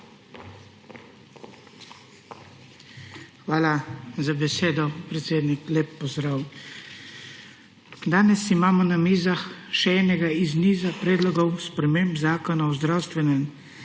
Hvala za besedo, predsednik. Lep pozdrav! Danes imamo na mizah še enega iz niza predlogov sprememb Zakona o zdravstvenem